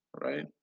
right